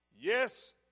Yes